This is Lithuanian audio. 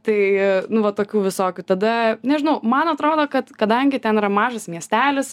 tai nu va tokių visokių tada nežinau man atrodo kad kadangi ten yra mažas miestelis